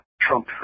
Trump